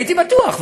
הייתי בטוח,